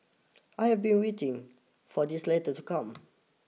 I have been waiting for this letter to come